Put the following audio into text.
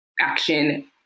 action